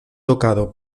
tocado